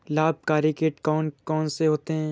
लाभकारी कीट कौन कौन से होते हैं?